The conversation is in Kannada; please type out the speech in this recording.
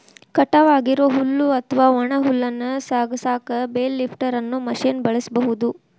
ಕಟಾವ್ ಆಗಿರೋ ಹುಲ್ಲು ಅತ್ವಾ ಒಣ ಹುಲ್ಲನ್ನ ಸಾಗಸಾಕ ಬೇಲ್ ಲಿಫ್ಟರ್ ಅನ್ನೋ ಮಷೇನ್ ಬಳಸ್ಬಹುದು